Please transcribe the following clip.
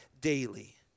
daily